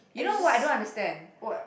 and it's just what